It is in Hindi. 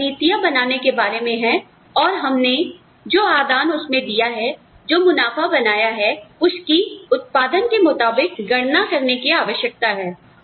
यह रणनीतियां बनाने के बारे में है और हमने जो आदान उसमें दिया है जो मुनाफा बनाया है उसकी उत्पादन के मुताबिक गणना की आवश्यकता है